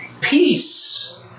Peace